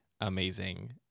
amazing